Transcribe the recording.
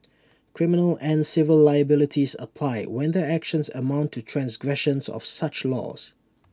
criminal and civil liabilities apply when their actions amount to transgressions of such laws